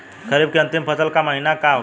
खरीफ के अंतिम फसल का महीना का होखेला?